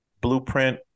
blueprint